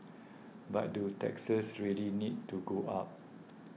but do taxes really need to go up